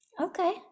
Okay